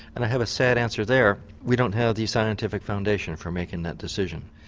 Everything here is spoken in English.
and i have a sad answer there, we don't have the scientific foundation for making that decision.